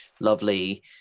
lovely